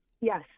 Yes